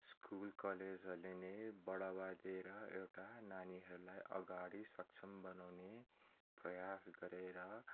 school कलेजहरूले नै बढावा दिएर एउटा नानीहरूलाई अगाडि सक्षम बनाउने प्रयास गरेर